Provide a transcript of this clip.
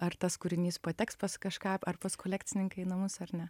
ar tas kūrinys pateks pas kažką pas kolekcininką į namus ar ne